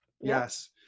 yes